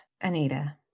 Anita